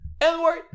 Edward